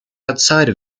outside